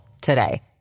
today